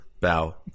bow